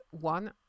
One